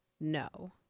no